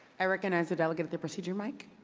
i recognize the delegate at the procedure mic.